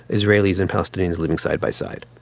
israelis and palestinians living side by side.